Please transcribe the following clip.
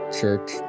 Church